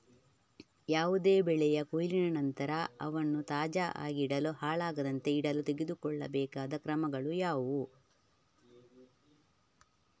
ಯಾವುದೇ ಬೆಳೆಯ ಕೊಯ್ಲಿನ ನಂತರ ಅವನ್ನು ತಾಜಾ ಆಗಿಡಲು, ಹಾಳಾಗದಂತೆ ಇಡಲು ತೆಗೆದುಕೊಳ್ಳಬೇಕಾದ ಕ್ರಮಗಳು ಯಾವುವು?